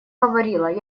говорила